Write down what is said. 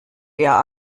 ihr